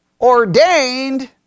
ordained